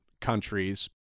countries